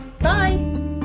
bye